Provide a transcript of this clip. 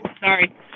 Sorry